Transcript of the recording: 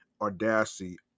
Audacity